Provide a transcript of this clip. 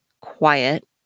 quiet